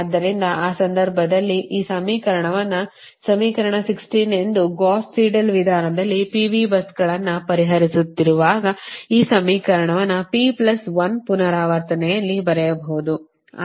ಆದ್ದರಿಂದ ಆ ಸಂದರ್ಭದಲ್ಲಿ ಈ ಸಮೀಕರಣವನ್ನು ಸಮೀಕರಣ 16 ಎಂದು ಗೌಸ್ ಸೀಡೆಲ್ ವಿಧಾನದಲ್ಲಿ PV busಗಳನ್ನು ಪರಿಗಣಿಸುತ್ತಿರುವಾಗ ಈ ಸಮೀಕರಣವನ್ನು P ಪ್ಲಸ್ 1 ಪುನರಾವರ್ತನೆಯಲ್ಲಿ ಬರೆಯಬಹುದು